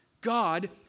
God